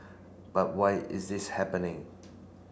but why is this happening